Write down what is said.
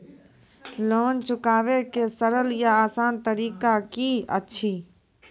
Loan चुकाबै के सरल या आसान तरीका की अछि?